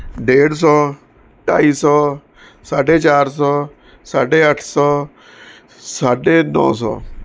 ਡੇਢ ਸੌ ਢਾਈ ਸੌ ਸਾਢੇ ਚਾਰ ਸੌ ਸਾਢੇ ਅੱਠ ਸੌ ਸਾਢੇ ਨੌ ਸੌ